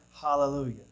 Hallelujah